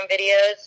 videos